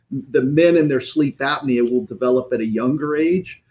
the men in their sleep apnea will develop at a younger age.